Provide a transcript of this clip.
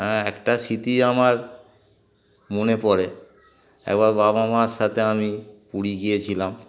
হ্যাঁ একটা স্মৃতি আমার মনে পড়ে একবার বাবা মার সাথে আমি পুরী গিয়েছিলাম